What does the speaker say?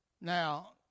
Now